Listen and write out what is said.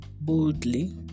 boldly